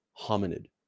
hominid